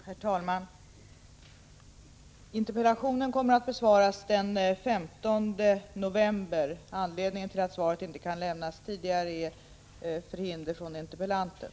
Herr talman! Interpellationen kommer att besvaras den 15 november. Anledningen till att svaret inte kan lämnas tidigare är förhinder från interpellanten.